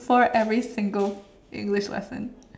for every single English lesson